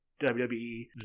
WWE